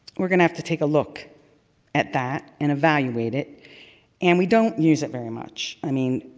were going to have to take a look at that and evaluate it and we don't use it very much. i mean,